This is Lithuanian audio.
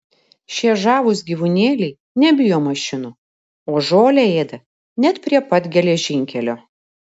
šie žavūs gyvūnėliai nebijo mašinų o žolę ėda net prie pat geležinkelio